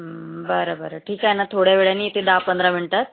हं बरंबरं ठीक आहे न थोड्या वेळानी येते दहापंधरा मिनिटांत